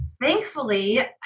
thankfully